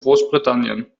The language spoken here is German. großbritannien